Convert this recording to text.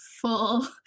full